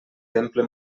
temple